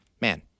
Man